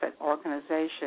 organization